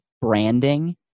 branding